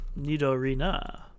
Nidorina